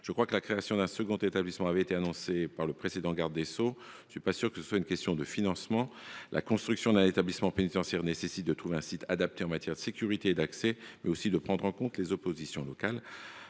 de France. La création d’un second établissement avait été annoncée, me semble t il, par le précédent garde des sceaux. Je ne suis pas sûr que le frein principal soit lié au financement : la construction d’un établissement pénitentiaire nécessite de trouver un site adapté en matière de sécurité et d’accès, mais aussi de prendre en compte les oppositions locales.